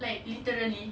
like literally